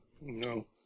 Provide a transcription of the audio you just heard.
No